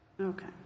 Okay